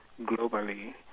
globally